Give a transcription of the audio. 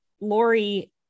Lori